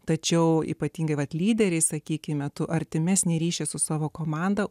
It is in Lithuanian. tačiau ypatingai vat lyderiai sakykime metu artimesnį ryšį su savo komanda